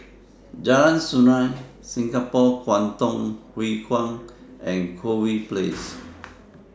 Jalan Sungei Singapore Kwangtung Hui Kuan and Corfe Place